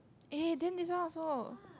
eh then this one also